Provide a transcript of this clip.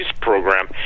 program